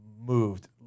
moved